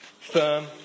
firm